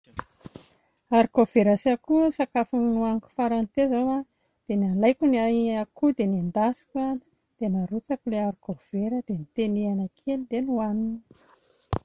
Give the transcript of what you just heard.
Haricot vert sy akoho no sakafo nohaniko farany teo izao a, dia nalaiko ny a- akoho dia nendasiko a, dia narotsako ilay haricot vert dia notenehana kely dia nohanina.